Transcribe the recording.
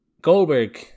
Goldberg